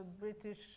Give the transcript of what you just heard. British